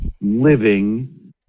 living